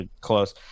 close